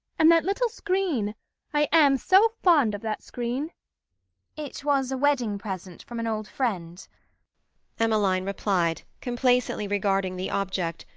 and that little screen i am so fond of that screen it was a wedding present from an old friend emmeline replied, complacently regarding the object,